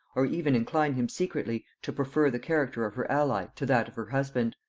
or even incline him secretly to prefer the character of her ally to that of her husband.